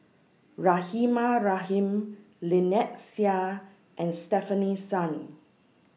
Rahimah Rahim Lynnette Seah and Stefanie Sun